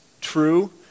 true